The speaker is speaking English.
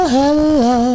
Hello